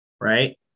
right